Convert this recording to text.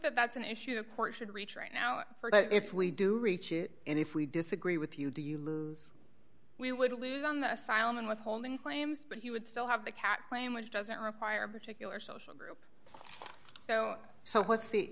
think that's an issue the court should reach right now for if we do reach it and if we disagree with you do you lose we would lose on the asylum and withholding claims but he would still have the cat claim which doesn't require a particular social group so so what's the